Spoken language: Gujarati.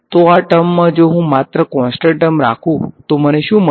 તો આ ટર્મમાં જો હું માત્ર કોંસ્ટંટ ટર્મ રાખું તો મને શું મળશે